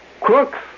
crooks